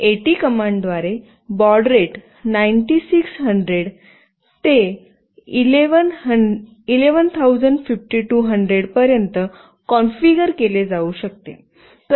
eighty कमांडद्वारे baud rate 9600 ते 115200 पर्यंत कॉन्फिगर केले जाऊ शकते